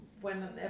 whenever